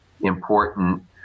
important